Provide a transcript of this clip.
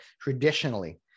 traditionally